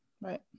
Right